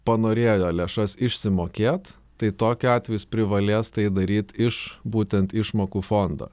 panorėjo lėšas išsimokėt tai tokiu atveju jis privalės tai daryt iš būtent išmokų fondo